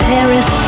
Paris